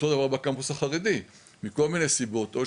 אותו דבר בקמפוס החרדי מכל מיני סיבות או